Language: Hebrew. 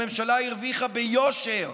הממשלה הרוויחה ביושר,